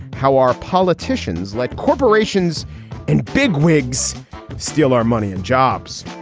how are politicians like corporations and big wigs steal our money and jobs